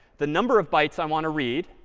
the number of bytes i want to read,